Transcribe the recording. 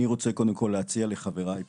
אני רוצה להציע לחבריי פה,